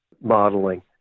modeling